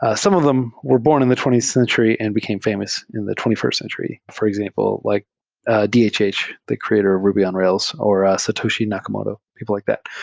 ah some of them were born in the twentieth century and became famous in the twenty first century. for example, like ah dhh, yeah the creator ruby on rails, or satoshi nakamoto, people like that.